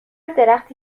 درختی